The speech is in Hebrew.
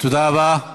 תודה רבה.